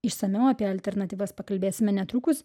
išsamiau apie alternatyvas pakalbėsime netrukus